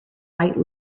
white